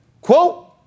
Quote